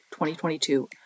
2022